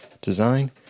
design